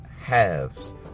halves